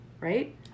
Right